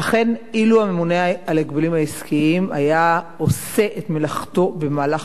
אילו הממונה על ההגבלים העסקיים היה עושה את מלאכתו במהלך השנים,